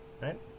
right